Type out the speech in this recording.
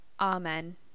Amen